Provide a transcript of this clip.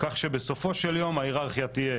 כך שבסופו של יום ההיררכיה תהיה